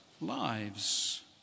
lives